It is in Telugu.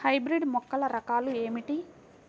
హైబ్రిడ్ మొక్కల రకాలు ఏమిటీ?